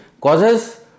causes